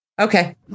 okay